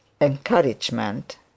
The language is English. encouragement